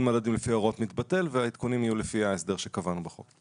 המדד לפי הוראות מתבטל והעדכונים יהיו לפי ההסדרים שקבענו בחוק.